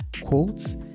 quotes